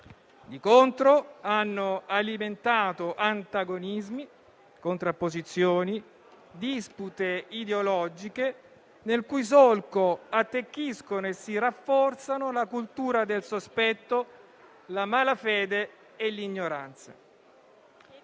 Di contro, hanno alimentato antagonismi, contrapposizioni e dispute ideologiche, nel cui solco attecchiscono e si rafforzano la cultura del sospetto, la malafede e l'ignoranza.